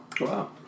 Wow